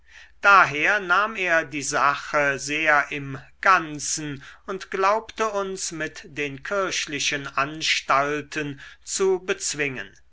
daher nahm er die sache sehr im ganzen und glaubte uns mit den kirchlichen anstalten zu bezwingen